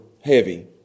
heavy